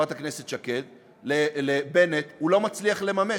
חברת הכנסת שקד, לבנט, הוא לא מצליח לממש.